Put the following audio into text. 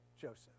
Joseph